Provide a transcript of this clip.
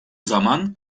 zaman